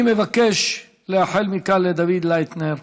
אני מבקש לאחל מכאן לדוד לייטנר,